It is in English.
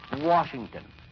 Washington